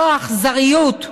זו אכזריות.